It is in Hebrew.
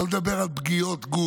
שלא לדבר על פגיעות גוף,